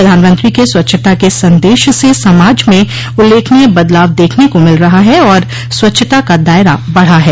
प्रधानमंत्री के स्वच्छता के सन्देश से समाज में उल्लेखनीय बदलाव देखने को मिल रहा है और स्वच्छता का दायरा बढ़ा है